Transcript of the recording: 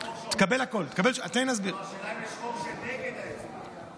השאלה אם יש חוק נגד הייצוג הזה.